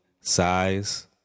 size